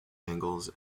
angles